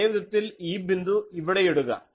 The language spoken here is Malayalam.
അതേ വിധത്തിൽ ഈ ബിന്ദു ഇവിടെ ഇടുക